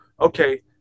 okay